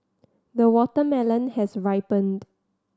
the watermelon has ripened